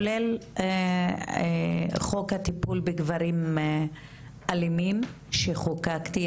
כולל חוק הטיפול בגברים אלימים שחוקקתי,